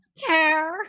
care